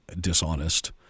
dishonest